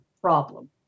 problem